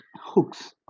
hooks